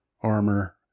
armor